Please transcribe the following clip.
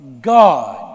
God